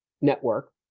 network